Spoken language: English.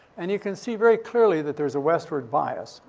and you can see very clearly that there's a westward bias.